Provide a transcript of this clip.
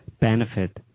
benefit